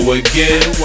again